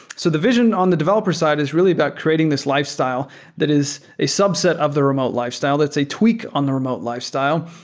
so vision on the developer side is really about creating this lifestyle that is a subset of the remote lifestyle, that's a tweak on the remote lifestyle,